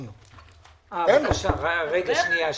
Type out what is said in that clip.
רגע, שניה,